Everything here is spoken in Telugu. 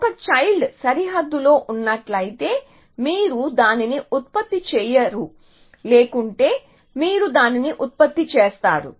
ఒక చైల్డ్ సరిహద్దులో ఉన్నట్లయితే మీరు దానిని ఉత్పత్తి చేయరు లేకుంటే మీరు దానిని ఉత్పత్తి చేస్తారు